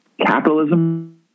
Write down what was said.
Capitalism